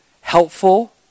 helpful